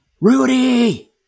Rudy